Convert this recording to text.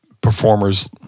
performers